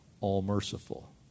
All-Merciful